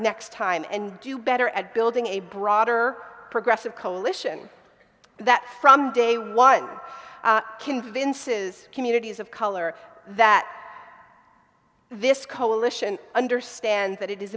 next time and do better at building a broader progressive coalition that from day one convinces communities of color that this coalition understand that it is